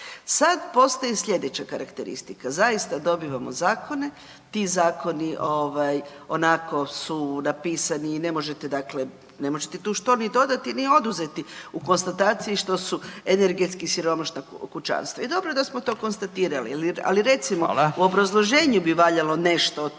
Sad postaje sljedeća karakteristika. Zaista dobivamo zakone, ti zakoni ovaj, onako su napisani i ne možete dakle ne možete tu što ni dodati ni oduzeti u konstataciji što su energetski siromašna kućanstva. I dobro da smo to konstatirali, ali recimo u obrazloženju bi valjalo nešto o tome